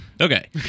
Okay